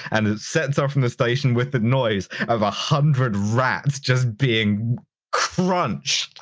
and it sets off from the station with the noise of a hundred rats just being crunched.